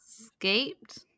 escaped